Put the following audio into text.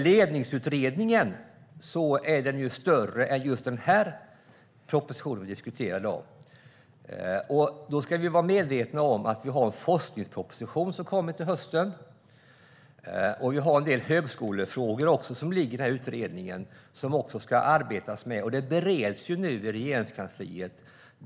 Ledningsutredningen innehåller ju mera än just den proposition som vi diskuterar i dag. Vi ska vara medvetna om att det kommer en forskningsproposition till hösten. Även en hel del högskolefrågor behandlas i utredningen. De övriga delarna av Ledningsutredningen bereds nu inom Regeringskansliet.